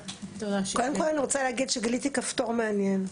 קודם כל אני רוצה להגיד שגיליתי כפתור מעניין,